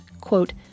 quote